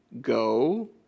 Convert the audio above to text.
Go